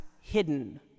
hidden